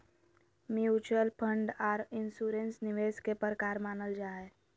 mutual fund आर insurance निवेश के प्रकार मानल जा हय